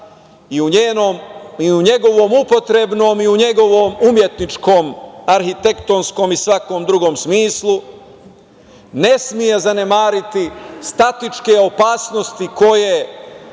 i u njegovom upotrebnom i u njegovom umetničkom arhitekstonskom i svakom drugom smislu ne sme zanemariti statičke opasnosti koje